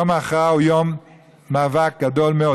ויום ההכרעה הוא יום מאבק גדול מאוד.